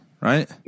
right